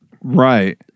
Right